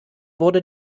wurde